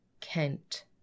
Kent